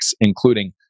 including